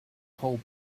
hold